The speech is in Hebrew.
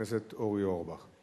חבר הכנסת אורי אורבך.